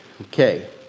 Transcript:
Okay